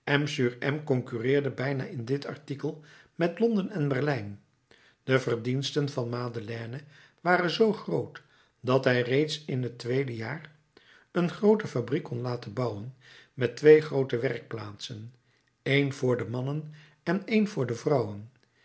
sur m concurreerde bijna in dit artikel met londen en berlijn de verdiensten van madeleine waren zoo groot dat hij reeds in het tweede jaar een groote fabriek kon laten bouwen met twee groote werkplaatsen een voor de mannen en een voor de vrouwen